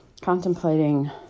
contemplating